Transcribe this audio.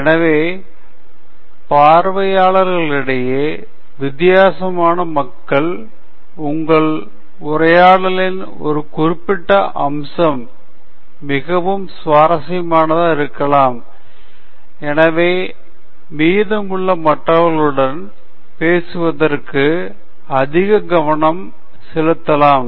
எனவே பார்வையாளர்களிடையே வித்தியாசமான மக்கள் உங்கள் உரையாடலின் ஒரு குறிப்பிட்ட அம்சம் மிகவும் சுவாரஸ்யமானதாக இருக்கலாம் எனவே மீதமுள்ள மற்றவர்களுடன் பேசுவதற்கு அதிக கவனம் செலுத்தலாம்